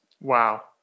Wow